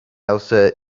elsa